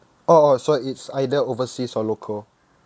oh oh so it's either overseas or local